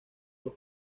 los